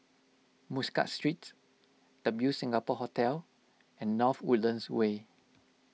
Muscat Street W Singapore Hotel and North Woodlands Way